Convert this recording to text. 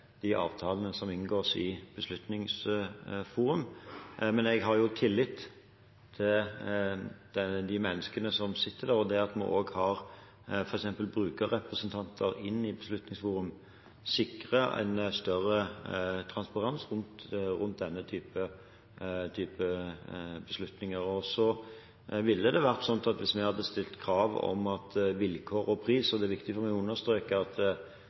de avtalene som inngås i Beslutningsforum. Men jeg har tillit til de menneskene som sitter der, og det at vi også har f.eks. brukerrepresentanter inne i Beslutningsforum, sikrer en større transparens rundt denne typen beslutninger. Så ville det vært sånn at hvis vi stilte krav om vilkår og pris – og det er viktig for meg å understreke at